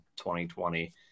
2020